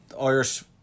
Irish